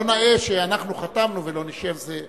לא נאה שאנחנו חתמנו ולא נשב.